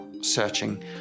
searching